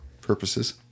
purposes